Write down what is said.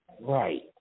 Right